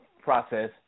process